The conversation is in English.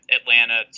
Atlanta